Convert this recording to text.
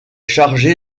chargé